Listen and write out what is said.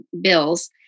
bills